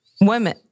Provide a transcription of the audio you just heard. Women